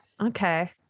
Okay